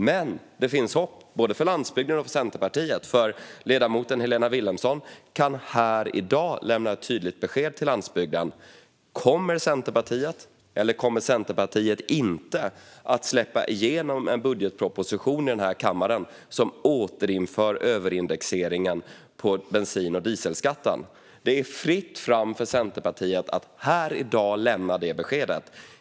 Men det finns hopp både för landsbygden och för Centerpartiet, för ledamoten Helena Vilhelmsson kan här i dag lämna ett tydligt besked till landsbygden: Kommer Centerpartiet, eller kommer Centerpartiet inte, att släppa igenom en budgetproposition i den här kammaren som återinför överindexeringen på bensin och dieselskatten? Det är fritt fram för Centerpartiet att här i dag lämna detta besked.